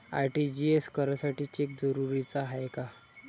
RTGS करासाठी cheque जरुरीचा हाय काय?